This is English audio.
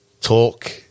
talk